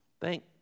thank